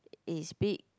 is big